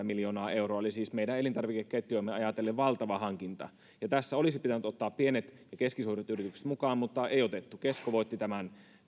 miljoonaa euroa eli siis meidän elintarvikeketjuamme ajatellen valtava hankinta ja tässä olisi pitänyt ottaa pienet ja keskisuuret yritykset mukaan mutta ei otettu kesko voitti